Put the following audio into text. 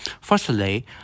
Firstly